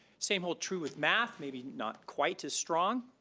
same hold true with math, maybe not quite as strong,